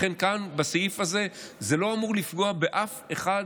לכן כאן, בסעיף הזה, זה לא אמור לפגוע באף אחד,